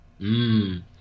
mmm